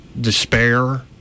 despair